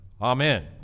amen